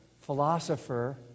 philosopher